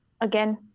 again